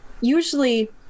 Usually